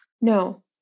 No